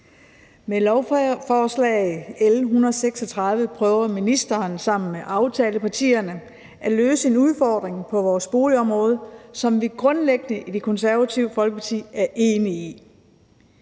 Med lovforslag L 136 prøver ministeren sammen med aftalepartierne at løse en udfordring på boligområdet, som vi i Det Konservative Folkeparti grundlæggende